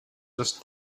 just